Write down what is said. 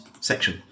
section